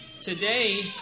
today